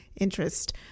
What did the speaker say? interest